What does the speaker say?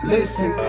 Listen